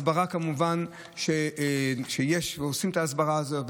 הסברה, כמובן, יש, ועושים את ההסברה הזאת.